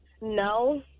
No